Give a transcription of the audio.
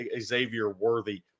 Xavier-worthy